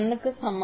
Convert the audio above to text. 1 க்கு சமம்